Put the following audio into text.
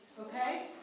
Okay